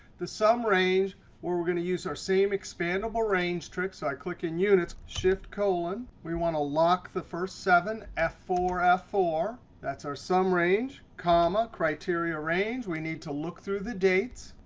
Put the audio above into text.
the sum range where we're going to use our same expandable range trick. so i click in units, shift-colon. we want to lock the first seven f four, f four. that's our sum range comma criteria range. we need to look through the dates,